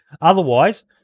otherwise